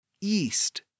East